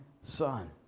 Son